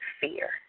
fear